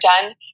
done